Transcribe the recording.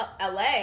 LA